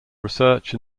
research